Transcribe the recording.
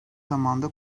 zamanda